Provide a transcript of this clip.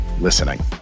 listening